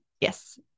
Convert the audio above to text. Yes